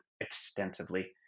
extensively